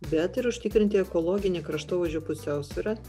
bet ir užtikrinti ekologinę kraštovaizdžio pusiausvyrą